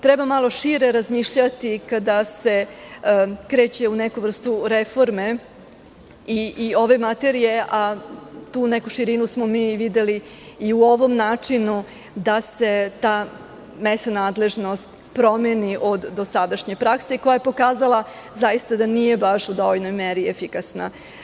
Treba malo šire razmišljati kada se kreće u neku vrstu reforme i ove materije, a tu neku širinu smo mi videli i u ovom načinu da se ta mesna nadležnost promeni od dosadašnje prakse, koja je pokazala da zaista nije baš u dovoljnoj meri efikasna.